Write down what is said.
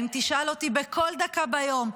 אם תשאל אותי בכל דקה ביום,